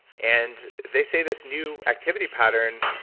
and they say this new activity pattern